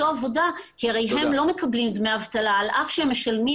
עבודה כי הרי הם לא מקבלים דמי אבטלה על אף שהם משלמים